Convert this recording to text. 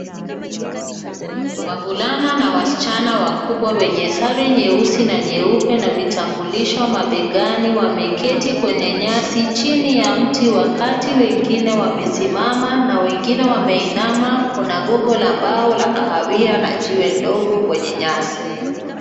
Wavulana na wasichana wakubwa wenye sare nyeusi na nyeupe na vitambulisho mabegani wameketi kwenye nyasi chini ya mti wakati wengine wamesimama na wengine wameinama, kuna gogo la mbao la kahawia na jiwe ndogo kwenye nyasi.